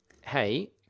Hey